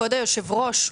כבוד היושב-ראש,